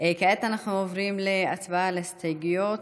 כעת אנחנו עוברים להצבעה על ההסתייגויות.